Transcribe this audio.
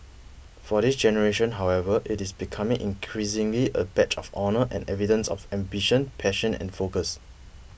for this generation however it is becoming increasingly a badge of honour and evidence of ambition passion and focus